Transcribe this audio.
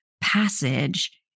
passage